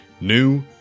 new